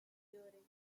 bearing